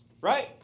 right